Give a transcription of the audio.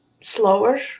slower